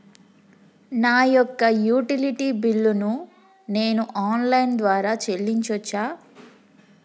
నా యొక్క utility bill ను నేను ఆన్ లైన్ ద్వారా చెల్లించొచ్చా?